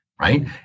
right